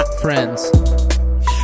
Friends